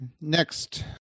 Next